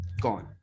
gone